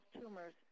tumors